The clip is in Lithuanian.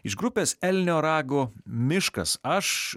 iš grupės elnio rago miškas aš